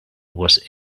was